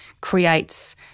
creates